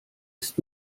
ist